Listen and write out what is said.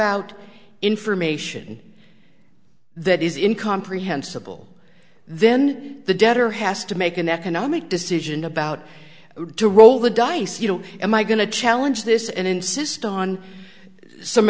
out information that is in comprehensible then the debtor has to make an economic decision about to roll the dice you know am i going to challenge this and insist on some